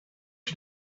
you